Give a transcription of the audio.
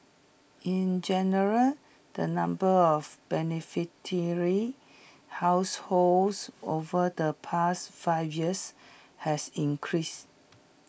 in general the number of beneficiary households over the past five years has increased